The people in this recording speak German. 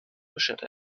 bescherte